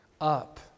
up